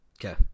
Okay